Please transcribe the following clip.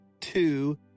two